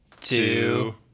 two